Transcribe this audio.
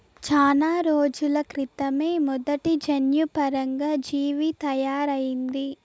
చానా రోజుల క్రితమే మొదటి జన్యుపరంగా జీవి తయారయింది